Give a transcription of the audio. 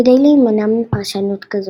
כדי להימנע מפרשנות כזאת,